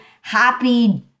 happy